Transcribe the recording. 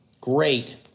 Great